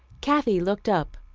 kathy looked up.